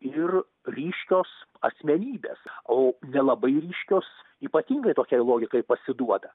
ir ryškios asmenybės o nelabai ryškius ypatingai tokiai logikai pasiduoda